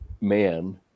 man